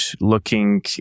looking